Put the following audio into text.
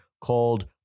called